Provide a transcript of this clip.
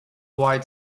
white